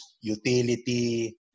utility